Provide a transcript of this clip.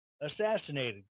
assassinated